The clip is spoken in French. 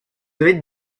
avez